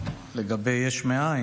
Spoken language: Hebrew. לגבי יש מאין,